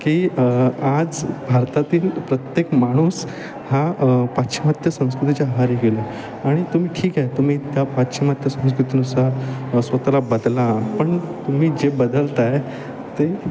की आज भारतातील प्रत्येक माणूस हा पाश्चिमात्य संस्कृतीच्या आहारी गेलं आहे आणि तुम्ही ठीक आहे तुम्ही त्या पाश्चिमात्य संस्कृतीनुसार स्वतःला बदला पण तुम्ही जे बदलता आहे ते